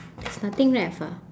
there's nothing left ah